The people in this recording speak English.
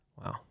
Wow